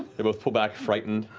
they both pull back, frightened.